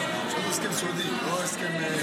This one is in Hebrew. להביע אי-אמון בממשלה לא נתקבלה.